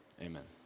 amen